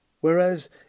Whereas